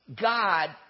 God